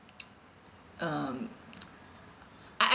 um I I